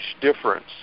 difference